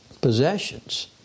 possessions